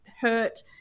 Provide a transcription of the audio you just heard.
hurt